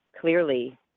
clearly